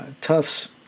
Tufts